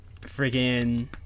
freaking